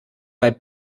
weil